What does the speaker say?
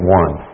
one